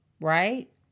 right